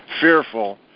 fearful